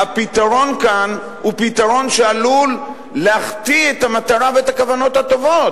הפתרון כאן הוא פתרון שעלול להחטיא את המטרה ואת הכוונות הטובות,